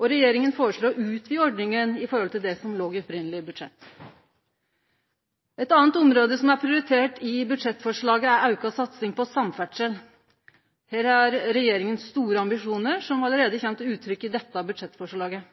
og regjeringa foreslår å utvide ordninga i forhold til det som låg i det opphavlege budsjettet. Eit anna område som er prioritert i dette budsjettforslaget, er ei auka satsing på samferdsel. Her har regjeringa store ambisjonar som allereie kjem til uttrykk i dette budsjettforslaget.